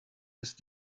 ist